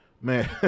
Man